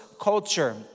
culture